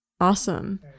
Awesome